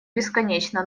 бесконечно